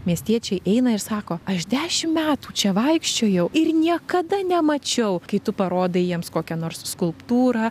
miestiečiai eina ir sako aš dešim metų čia vaikščiojau ir niekada nemačiau kai tu parodai jiems kokią nors skulptūrą